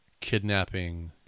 kidnapping